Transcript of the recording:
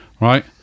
Right